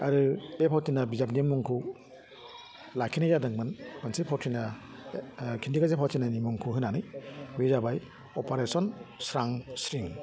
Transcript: आरो बे फावथिना बिजाबनि मुंखौ लाखिनाय जादोंमोन मोनसे फावथिना खिन्थिगासे फावथिनानि मुंखौ होनानै बे जाबाय अपारेसन स्रां स्रिं